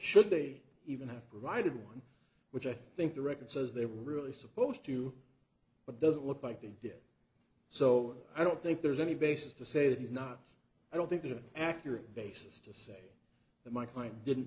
should they even have provided one which i think the record says they were really supposed to but doesn't look like he did so i don't think there's any basis to say that he's not i don't think it accurate basis to state that my claim didn't